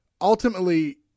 ultimately